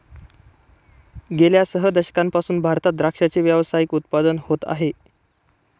गेल्या सह दशकांपासून भारतात द्राक्षाचे व्यावसायिक उत्पादन होत आहे